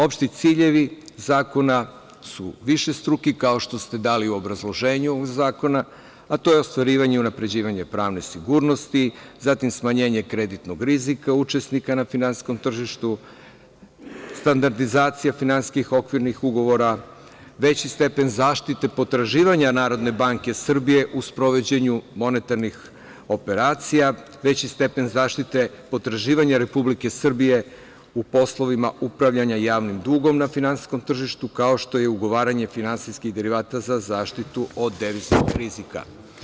Opšti ciljevi zakona su višestruki, kao što ste dali u obrazloženju ovog zakona, a to je ostvarivanje i unapređivanje pravne sigurnosti, zatim smanjenje kreditnog rizika učesnika na finansijskom tržištu, standardizacija finansijskih okvirnih ugovora, veći stepen zaštite potraživanja NBS u sprovođenju monetarnih operacija, veći stepen zaštite potraživanja Republike Srbije u poslovima upravljanja javnim dugom na finansijskom tržištu, kao što je ugovaranje finansijskih derivata za zaštitu od deviznog rizika.